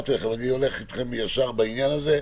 אמרתי לכם שאני הולך איתכם ישר בעניין הזה.